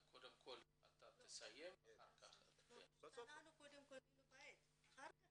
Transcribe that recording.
קודם קנינו בית, אחר כך